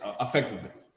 effectiveness